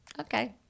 Okay